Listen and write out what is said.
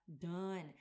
done